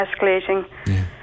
escalating